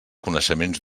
coneixements